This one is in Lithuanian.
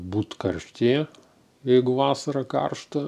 būt karštyje jeigu vasarą karšta